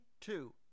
two